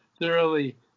thoroughly